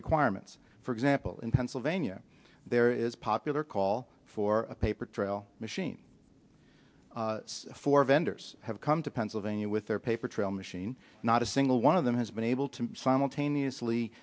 requirements for example in pennsylvania there is popular call for a paper trail machine for vendors have come to pennsylvania with their paper trail machine not a single one of them has been able to simultaneously